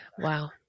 wow